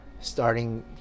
starting